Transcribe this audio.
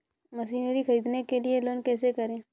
Machinery ख़रीदने के लिए लोन कैसे करें?